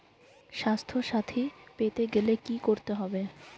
স্বাস্থসাথী পেতে গেলে কি করতে হবে?